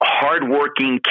hardworking